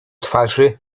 twarzy